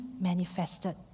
manifested